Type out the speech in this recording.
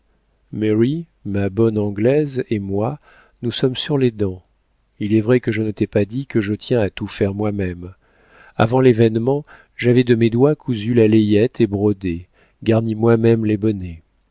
mary ma bonne anglaise et moi nous sommes sur les dents il est vrai que je ne t'ai pas dit que je tiens à tout faire moi-même avant l'événement j'avais de mes doigts cousu la layette et brodé garni moi-même les bonnets